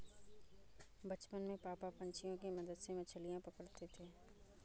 बचपन में पापा पंछियों के मदद से मछलियां पकड़ते थे